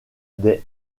des